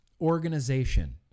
organization